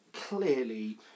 clearly